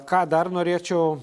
ką dar norėčiau